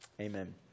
Amen